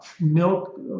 milk